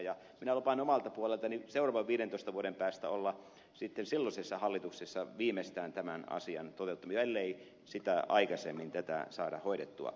ja minä lupaan omalta puoleltani seuraavan viidentoista vuoden päästä olla sitten silloisessa hallituksessa viimeistään tämän asian toteuttamassa ellei sitä aikaisemmin tätä saada hoidettua